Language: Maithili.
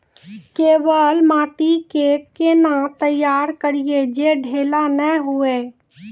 केवाल माटी के कैना तैयारी करिए जे ढेला नैय हुए?